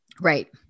Right